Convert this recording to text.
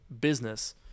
business